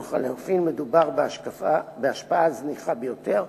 ולחלופין מדובר בהשפעה זניחה ביותר.